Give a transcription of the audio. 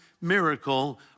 miracle